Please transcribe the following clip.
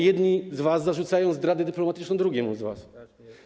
Jedni z was zarzucają zdradę dyplomatyczną drugim z was.